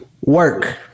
work